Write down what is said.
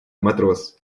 матрос